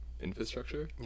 infrastructure